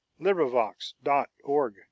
LibriVox.org